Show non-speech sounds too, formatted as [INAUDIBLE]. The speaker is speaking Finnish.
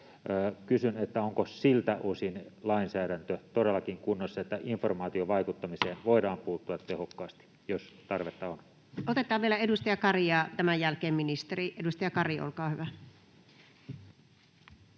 Kysyn: onko siltä osin lainsäädäntö todellakin kunnossa, että informaatiovaikuttamiseen [NOISE] voidaan puuttua tehokkaasti, jos tarvetta on? Otetaan vielä edustaja Kari ja tämän jälkeen ministeri. — Edustaja Kari, olkaa hyvä.